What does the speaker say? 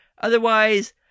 otherwise